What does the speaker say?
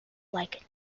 like